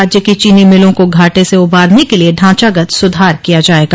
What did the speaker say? राज्य की चीनी मिलों को घाटे से उबारने के लिए ढांचागत सुधार किया जाएगा